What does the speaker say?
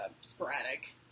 sporadic